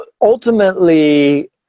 ultimately